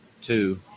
two